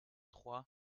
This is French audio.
trois